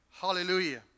Hallelujah